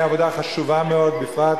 בכמה אירועים שאירעו לאחרונה כבר אפשר היה לראות